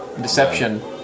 Deception